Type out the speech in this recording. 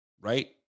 right